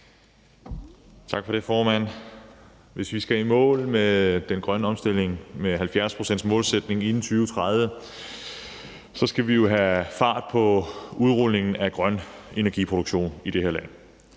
Tak for det, formand. Hvis vi skal i mål med den grønne omstilling og 70-procentsmålsætningen inden 2030, skal vi jo have fart på udrulningen af grøn elproduktion i det her land.